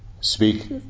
speak